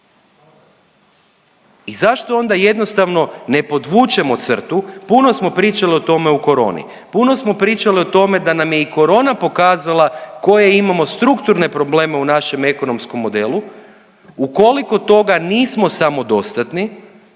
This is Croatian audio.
I zašto onda jednostavno ne podvučemo crtu, puno smo pričali o tome u koroni, puno smo pričali o tome da nam je i korona pokazala koje imamo strukturne probleme u našem ekonomskom modelu, u koliko toga nismo samodostatni